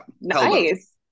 Nice